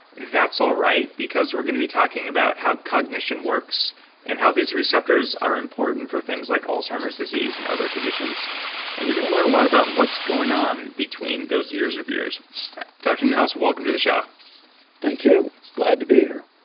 that's alright because we're gonna be talking about how cognition works and how these receptors are important for things like alzheimer's disease and other conditions and you're gonna learn a lot about what's going on between those ears of yours dr. newhouse, welcome to the show thank you. glad to be here